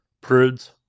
prudes